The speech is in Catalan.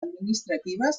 administratives